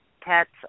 pets